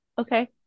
Okay